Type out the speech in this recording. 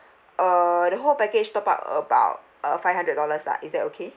uh the whole package top up about uh five hundred dollars lah is that okay